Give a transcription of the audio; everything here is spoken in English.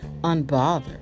unbothered